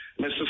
Mr